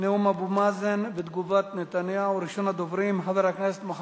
נאום אבו מאזן ותגובת נתניהו, מס' 7581,